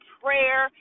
prayer